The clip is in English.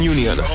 Union